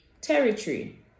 territory